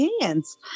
hands